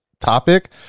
topic